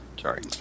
Sorry